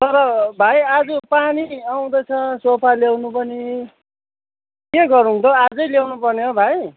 तर भाइ आज पानी आउँदै छ सोफा ल्याउनु पनि के गरौँ त हौ आज ल्याउनु पर्ने हो भाइ